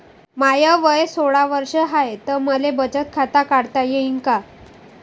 माय वय सोळा वर्ष हाय त मले बचत खात काढता येईन का?